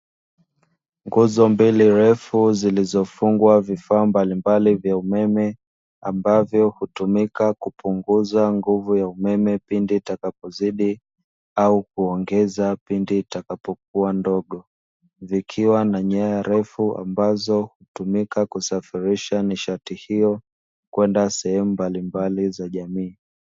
Nguzo mbili refu zilizofungwa vifaa mbalimbali vya umeme, ambavyo hutumika kupunguza nguvu ya umeme pindi utakapozidi au kuongeza pindi utakapo kuwa mdogo. Vikiwa na nyaya refu ambazo hutumika kusafirisha nishati hiyo kwenda sehemu mbalimbali za jamii.